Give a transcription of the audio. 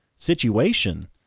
situation